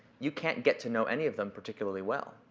you can't get to know any of them particularly well.